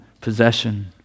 possession